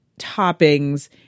toppings